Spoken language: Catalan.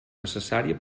necessària